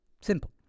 simple